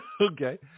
Okay